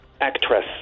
Actress